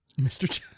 Mr